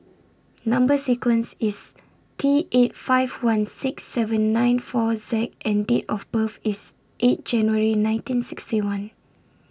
Number sequence IS T eight five one six seven nine four Z and Date of birth IS eight January nineteen sixty one